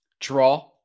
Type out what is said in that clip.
Draw